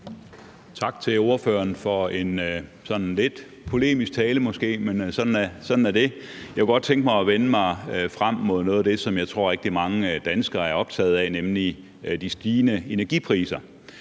Tak til ordføreren for en sådan måske lidt polemisk tale, men sådan er det. Jeg kunne godt tænke mig at vende mig frem mod noget af det, som jeg tror rigtig mange danskere er optaget af, nemlig de stigende energipriser,